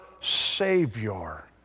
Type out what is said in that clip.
Savior